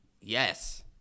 Yes